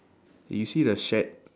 you see the shed